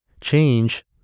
change